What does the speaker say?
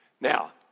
Now